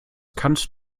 kannst